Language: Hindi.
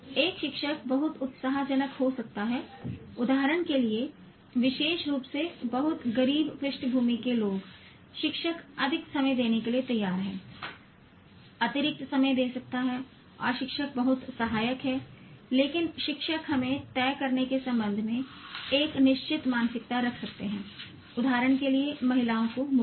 एक शिक्षक बहुत उत्साहजनक हो सकता है उदाहरण के लिए विशेष रूप से बहुत गरीब पृष्ठभूमि के लोग शिक्षक अधिक समय देने के लिए तैयार है अतिरिक्त समय दे सकता है और फिर शिक्षक बहुत सहायक है लेकिन शिक्षक हमें तय करने के संबंध में एक निश्चित मानसिकता रख सकते हैं उदाहरण के लिए महिलाओं को मुक्ति